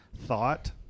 thought